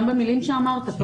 גם במילים שאמרת.